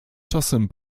czasem